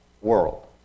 world